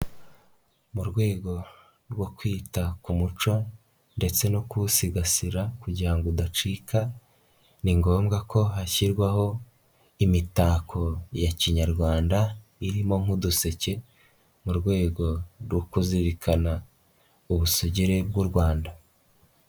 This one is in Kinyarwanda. Mu rwego rwo kwita ku muco ndetse no kuwusigasira kugira ngo udacika ni ngombwa ko hashyirwaho imitako ya kinyarwanda irimo nk'uduseke mu rwego rwo kuzirikana ubusugire bw'u Rwanda.